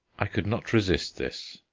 i could not resist this.